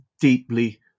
deeply